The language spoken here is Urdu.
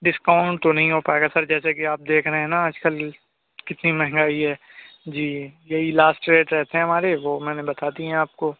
ڈسکاؤنٹ تو نہیں ہو پائے گا سر جیسا کہ آپ دیکھ رہے ہیں نا آج کل کتنی مہنگائی ہے جی یہی لاسٹ ریٹ رہتے ہیں ہمارے وہ میں نے بتا دیے ہیں آپ کو